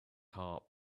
heart